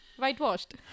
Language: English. whitewashed